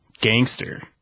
gangster